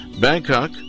Bangkok